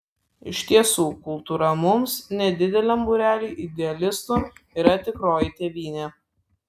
iš tiesų kultūra mums nedideliam būreliui idealistų yra tikroji tėvynė